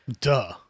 Duh